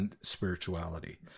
spirituality